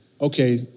okay